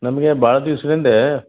ನಮಗೆ ಭಾಳ ದಿವ್ಸ್ದಿಂದ